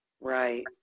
Right